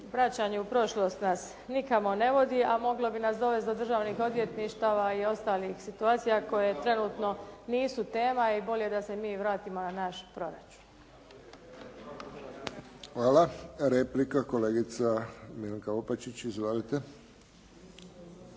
vraćanje u prošlost nas nikamo ne vodi a moglo bi nas dovesti do državnih odvjetništava i ostalih situacija koje trenutno nisu tema i bolje da se mi vratimo na naš proračun. **Friščić, Josip (HSS)** Hvala. Replika kolegica Milanka Opačić. Izvolite.